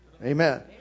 Amen